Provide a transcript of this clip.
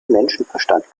menschenverstand